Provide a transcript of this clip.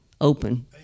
open